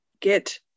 get